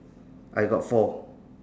I got four